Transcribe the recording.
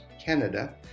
Canada